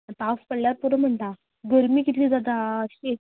पावस पडल्या पुरो म्हणटा गर्मी कितलीं जाता आज शी